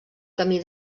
camí